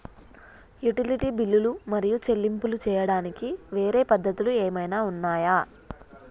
Utility బిల్లులు మరియు చెల్లింపులు చేయడానికి వేరే పద్ధతులు ఏమైనా ఉన్నాయా?